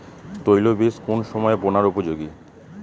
তৈলবীজ কোন সময়ে বোনার উপযোগী?